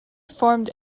formed